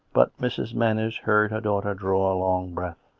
but mrs. manners heard her daughter draw a long breath.